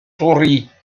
souris